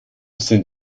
sind